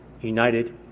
united